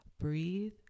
breathe